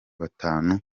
batanu